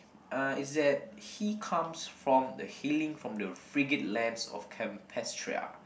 uh is that he comes from the healing from the frigid lands of Campestra